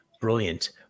Brilliant